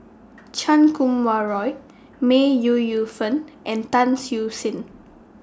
Chan Kum Wah Roy May Ooi Yu Fen and Tan Siew Sin